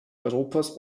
europas